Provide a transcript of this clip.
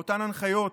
באותן הנחיות,